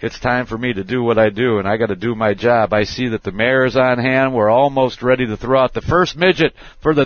it's time for me to do what i do and i got to do my job i see that the mayor is on hand we're almost ready to throw out the first midget for the